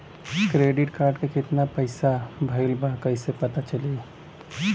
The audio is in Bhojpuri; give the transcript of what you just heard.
क्रेडिट कार्ड के कितना पइसा खर्चा भईल बा कैसे पता चली?